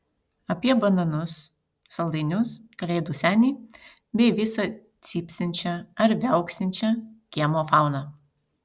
apie bananus saldainius kalėdų senį bei visą cypsinčią ar viauksinčią kiemo fauną